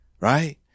right